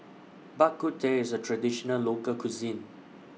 Bak Kut Teh IS A Traditional Local Cuisine